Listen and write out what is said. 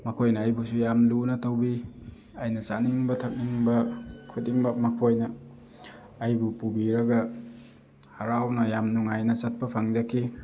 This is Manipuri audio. ꯃꯈꯣꯏꯅ ꯑꯩꯕꯨꯁꯨ ꯌꯥꯝ ꯂꯨꯅ ꯇꯧꯕꯤ ꯑꯩꯅ ꯆꯥꯅꯤꯡꯕ ꯊꯛꯅꯤꯡꯕ ꯈꯨꯗꯤꯡꯃꯛ ꯃꯈꯣꯏꯅ ꯑꯩꯕꯨ ꯄꯨꯕꯤꯔꯒ ꯍꯔꯥꯎꯅ ꯌꯥꯝ ꯅꯨꯡꯉꯥꯏꯅ ꯆꯠꯄ ꯐꯪꯖꯈꯤ